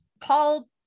Paul